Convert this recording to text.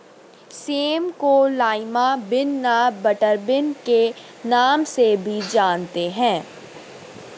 same को lima bean व butter bean के नाम से भी जानते हैं